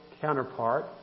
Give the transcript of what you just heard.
counterpart